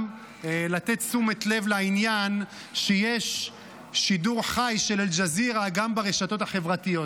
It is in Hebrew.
גם לתת תשומת לב לעניין שיש שידור חי של אל-ג'זירה גם ברשתות החברתיות,